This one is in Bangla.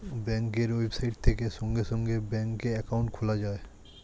ব্যাঙ্কের ওয়েবসাইট থেকে সঙ্গে সঙ্গে ব্যাঙ্কে অ্যাকাউন্ট খোলা যায়